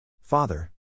Father